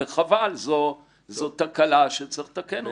חבל, זאת תקלה שצריך לתקן אותה.